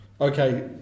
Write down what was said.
Okay